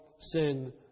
sin